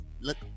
Look